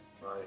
Right